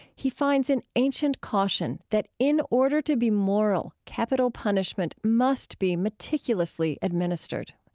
he finds an ancient caution that in order to be moral, capital punishment must be meticulously administered.